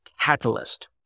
catalyst